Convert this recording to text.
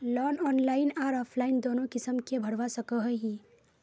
Loan online आर offline दोनों किसम के भरवा सकोहो ही?